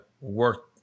work